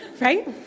right